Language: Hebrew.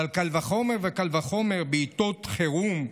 אבל קל וחומר בעיתות חירום.